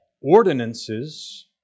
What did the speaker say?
ordinances